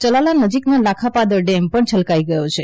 ચલાલા નજીકનો લાખાપાદર ડેમ પણ છલકાઈ ગયો હતો